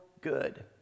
good